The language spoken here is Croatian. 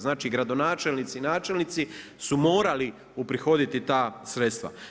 Znači gradonačelnici i načelnici su morali uprihoditi ta sredstva.